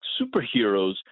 superheroes